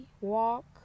walk